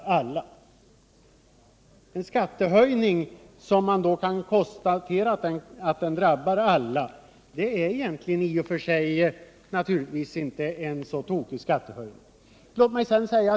En skattehöjning som man kan konstatera drabbar alla är naturligtvis i och för sig inte en så tokig skattehöjning.